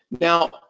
Now